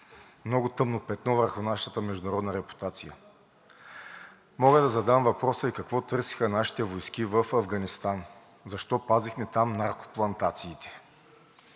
много тъмно петно върху нашата международна репутация. Мога да задам въпроса и какво търсеха нашите войски в Афганистан? Защо пазехме там наркоплантациите?